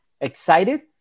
excited